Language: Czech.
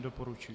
Doporučuji.